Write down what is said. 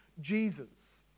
Jesus